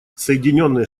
соединенные